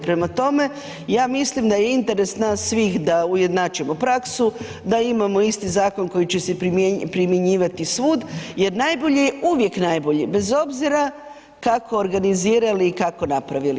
Prema tome, ja mislim da je interes nas svih da ujednačimo praksu, da imamo isti zakon koji će se primjenjivati svud jer najbolji je uvijek najbolji, bez obzira kako organizirali i kako napravili.